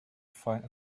find